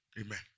Amen